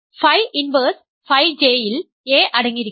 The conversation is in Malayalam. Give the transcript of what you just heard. ഫൈ ഇൻവെർസ് ഫൈ J ഇൽ a അടങ്ങിയിരിക്കുന്നു